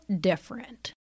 different